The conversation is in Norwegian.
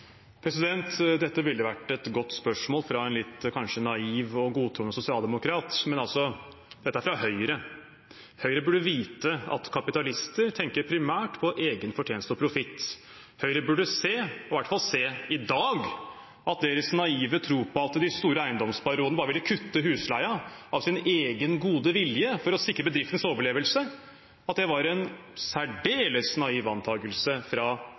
Dette ville vært et godt spørsmål fra en kanskje litt naiv og godtroende sosialdemokrat, men dette kommer fra Høyre. Høyre burde vite at kapitalister tenker primært på egen fortjeneste og profitt. Høyre burde se – i hvert fall i dag – at deres naive tro på at de store eiendomsbaronene bare ville kutte husleien av sin egen gode vilje for å sikre bedriftenes overlevelse, var en særdeles naiv antakelse fra